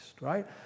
right